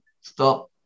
stop